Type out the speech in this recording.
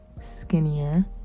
skinnier